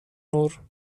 نور